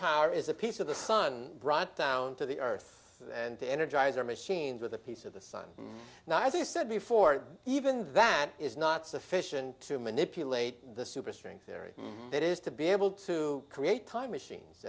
power is a piece of the sun brought down to the earth and the energizer machines with a piece of the sun now as i said before even that is not sufficient to manipulate the superstring theory that is to be able to create time machines